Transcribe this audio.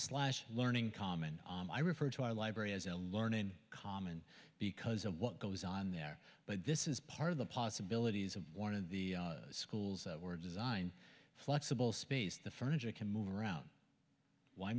slash learning common i refer to our library as a learning common because of what goes on there but this is part of the possibilities of one of the schools that were designed flexible space the furniture can move around why